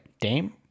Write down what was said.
Dame